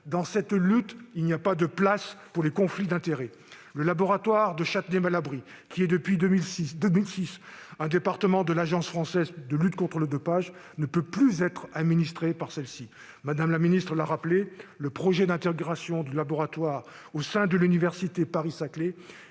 Dans cette lutte, il n'y a pas de place pour les conflits d'intérêts. Le laboratoire de Châtenay-Malabry, qui est depuis 2006 un département de l'Agence française de lutte contre le dopage, ne peut plus être administré par celle-ci. Mme la ministre l'a rappelé : le projet d'intégration du laboratoire au sein de l'université Paris-Saclay